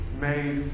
made